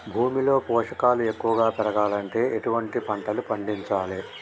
భూమిలో పోషకాలు ఎక్కువగా పెరగాలంటే ఎటువంటి పంటలు పండించాలే?